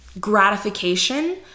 gratification